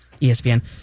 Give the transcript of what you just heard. ESPN